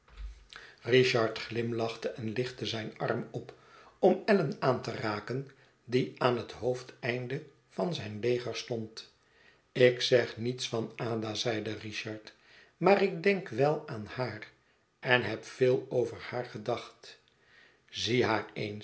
richard glimlachte en lichtte zijn arm op om allan aan te raken die aan het hoofdeinde van zijn leger stond ik zeg niets van ada zeide richard maar ik denk wel aan haar en heb heel veel over haar gedacht zie